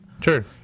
Sure